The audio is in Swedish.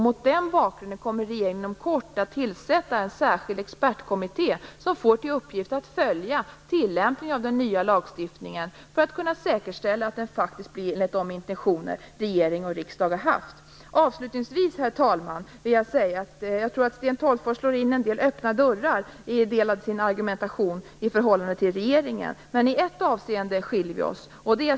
Mot den bakgrunden kommer regeringen inom kort att tillsätta en särskild expertkommitté som får till uppgift att följa tillämpningen av den nya lagstiftningen för att kunna säkerställa att den faktiskt fungerar enligt de intentioner regering och riksdag har haft. Avslutningsvis, herr talman, vill jag säga att jag tror att Sten Tolgfors i sin argumentation slår in en del öppna dörrar i förhållande till regeringen. I ett avseende skiljer vi oss dock.